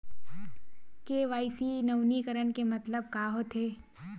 KYC नवीनीकरण के मतलब का होथे?